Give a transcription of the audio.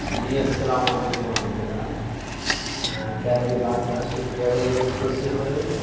جی السلام علیکم ورحمتہ اللہ کیا میری بات راشد ٹریول ایجنسی ہو رہی ہے